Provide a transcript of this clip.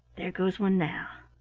there goes one now.